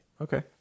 okay